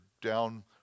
down